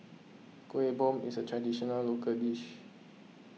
Kuih Bom is a traditional local dish